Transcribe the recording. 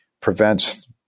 prevents